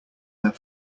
their